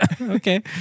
okay